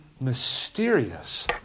mysterious